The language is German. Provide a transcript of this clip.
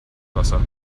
wasser